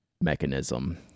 mechanism